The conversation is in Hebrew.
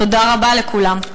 תודה רבה לכולם.